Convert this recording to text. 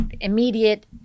immediate